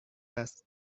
است